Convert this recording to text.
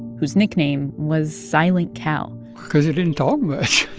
whose nickname was silent cal because he didn't talk much